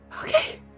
Okay